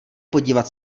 podívat